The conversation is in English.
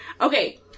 Okay